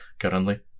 currently